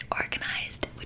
Organized